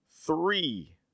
three